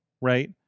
Right